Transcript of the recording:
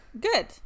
good